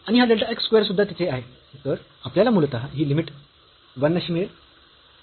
तर आणि हा डेल्टा x स्क्वेअर सुद्धा तिथे आहे तर आपल्याला मूलतः ही लिमिट 1 अशी मिळेल